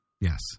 Yes